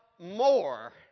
more